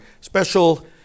special